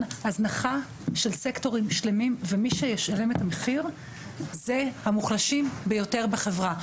הזנחה של סקטורים שלמים ומי שישלם את המחיר זה המוחלשים ביותר בחברה.